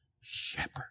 shepherd